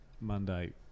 Monday